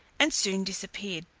and soon disappeared.